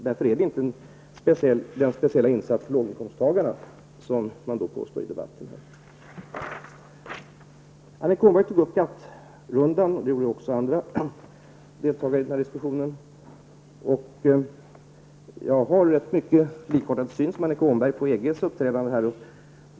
Därför skulle en sänkning av momsen på basmaten inte vara någon speciell satsning på låginkomsttagarna, såsom det påstås i debatten. Annika Åhnberg och även andra deltagare i debatten har tagit upp frågan om GATT-rundan. Jag har i mycket samma syn som Annika Åhnberg på EGs uppträdande i detta sammanhang.